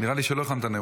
נראה לי שלא הכנת נאום.